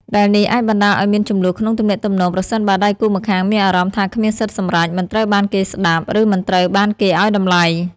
ដែលនេះអាចបណ្ដាលឱ្យមានជម្លោះក្នុងទំនាក់ទំនង ប្រសិនបើដៃគូម្ខាងមានអារម្មណ៍ថាគ្មានសិទ្ធិសម្រេច មិនត្រូវបានគេស្ដាប់ ឬមិនត្រូវបានគេឱ្យតម្លៃ។